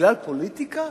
בגלל פוליטיקה?